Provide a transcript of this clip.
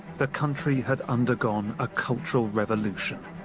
the country had undergone a cultural revolution.